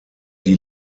die